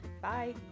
Bye